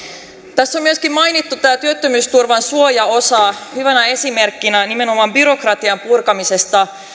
tässä on myöskin mainittu tämä työttömyysturvan suojaosa hyvänä esimerkkinä nimenomaan byrokratian purkamisesta